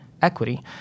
Equity